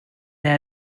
neu